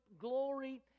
glory